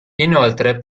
inoltre